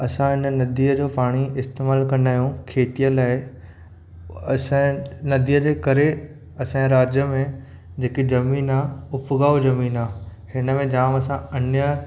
असां हिन नदीअ जो पाणी इस्तेमालु कंदा आहियूं खेतीअ लाइ असां नदीअ जे करे असांजे राज्य में जेकी ज़मीनु आहे उपजाऊं ज़मीनु आहे हिन में जाम असां अन्य